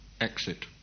Exit